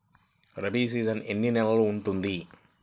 Rabi season ఎన్ని నెలలు ఉంటుంది?